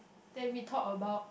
then we talk about